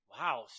Wow